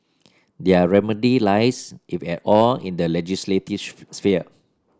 their remedy lies if at all in the legislative sphere